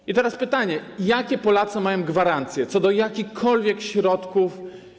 I teraz pytanie: Jakie Polacy mają gwarancje co do jakichkolwiek środków.